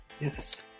Yes